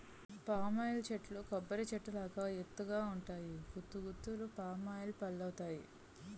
palm oil చెట్లు కొబ్బరి చెట్టు లాగా ఎత్తు గ ఉంటాయి గుత్తులు గుత్తులు పామాయిల్ పల్లువత్తాయి